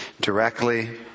directly